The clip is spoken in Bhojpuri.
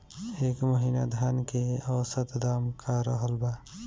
एह महीना धान के औसत दाम का रहल बा?